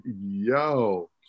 yo